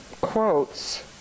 quotes